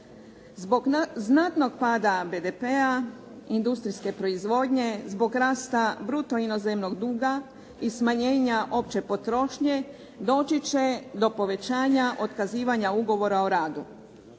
Zbog znatnog pada BDP-a, industrijske proizvodnje, zbog rasta bruto inozemnog duga i smanjenja opće potrošnje, doći će do povećanja otkazivanja ugovora o radu.